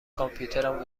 کامپیوترم